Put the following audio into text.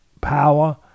power